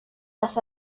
las